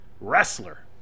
wrestler